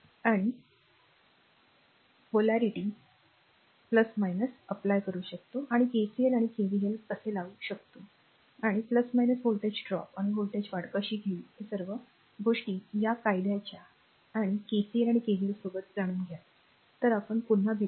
आणि सर्व अप आणि आर ध्रुवीयता अधिवेशन आणि KCL आणि KVL कसे लागू करावे आणि व्होल्टेज ड्रॉप किंवा व्होल्टेज वाढ कशी घेईल या सर्व गोष्टी आणि त्या कायद्याच्या आणि R KCL आणि KVL सोबत जाणून घ्या आणि पुन्हा परत येतील